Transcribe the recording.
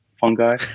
fungi